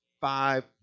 five